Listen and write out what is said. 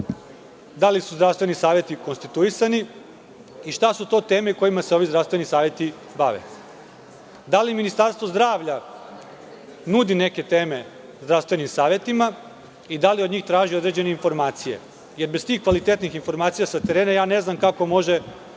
da li su zdravstveni saveti konstituisani i šta su to teme kojima se ovi zdravstveni saveti bave? Da li Ministarstvo zdravlja nudi neke teme zdravstvenim savetima i da li od njih traži određene informacije, jer bez tih kvalitetnih informacija sa terena ne znam kako može